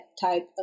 type